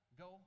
go